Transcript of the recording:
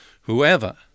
Whoever